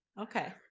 okay